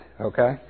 okay